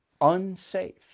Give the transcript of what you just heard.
unsafe